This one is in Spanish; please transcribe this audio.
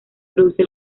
produce